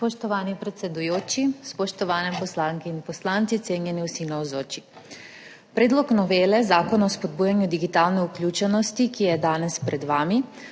Spoštovani predsedujoči, spoštovani poslanke in poslanci, cenjeni vsi navzoči! Predlog novele Zakona o spodbujanju digitalne vključenosti, ki je danes pred vami,